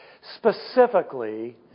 specifically